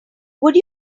would